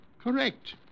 correct